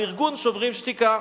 על ארגון "שוברים שתיקה".